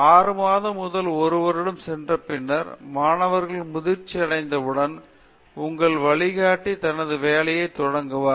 6 மாதம் முதல் ஒரு வருடம் சென்ற பின் மாணவர்கள் முதிர்ச்சி அடைந்தவுடன் உங்கள் வழிகாட்டி தனது வேலையை தொடங்குவார்